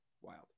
Wild